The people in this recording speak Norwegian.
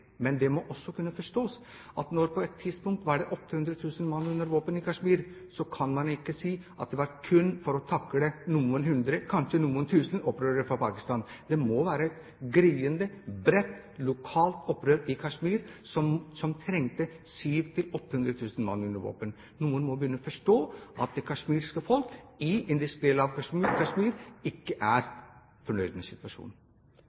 Men det må også kunne forstås at når det på et tidspunkt var 800 000 mann under våpen i Kashmir, kan man ikke si at det kun var for å takle noen hundre, kanskje noen tusen opprørere fra Pakistan. Det måtte være et gryende, bredt, lokalt opprør i Kashmir som trengte 700 000–800 000 mann under våpen. Noen bør begynne å forstå at det kasjmirske folk i indisk del av Kashmir ikke er fornøyd med situasjonen.